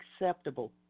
acceptable